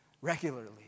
regularly